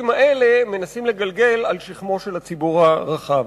האלה מנסים לגלגל על שכמו של הציבור הרחב.